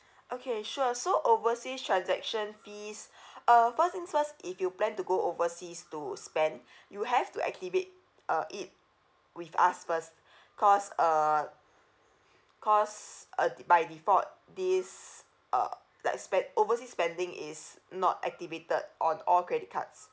mm okay sure so overseas transaction fees uh first thing's first if you plan to go overseas to spend you have to activate uh it with us first cause uh cause uh thi~ by default this uh like spend~ overseas spending is not activated on all credit cards